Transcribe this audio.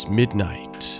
midnight